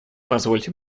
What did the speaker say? позвольте